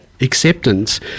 acceptance